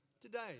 today